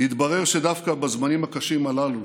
יתברר שדווקא בזמנים הקשים הללו